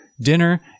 dinner